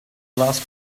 last